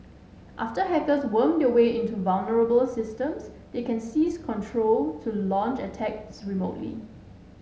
after hackers worm their way into vulnerable systems they can seize control to launch attacks remotely